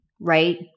right